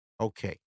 Okay